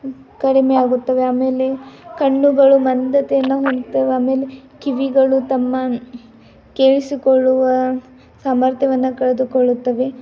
ಕಡಿಮೆ ಆಗುತ್ತವೆ ಆಮೇಲೆ ಕಣ್ಣುಗಳು ಮಂದತೆಯನ್ನು ಹೊಂದ್ತವೆ ಆಮೇಲೆ ಕಿವಿಗಳು ತಮ್ಮ ಕೇಳಿಸಿಕೊಳ್ಳುವ ಸಾಮರ್ಥ್ಯವನ್ನು ಕಳೆದುಕೊಳ್ಳುತ್ತವೆ